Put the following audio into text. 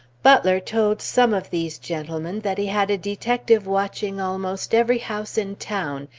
butler told some of these gentlemen that he had a detective watching almost every house in town,